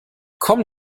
kommen